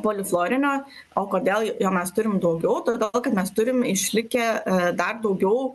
poliflorinio o kodėl jo mes turim daugiau tai dėl to kad mes turim išlikę e dar daugiau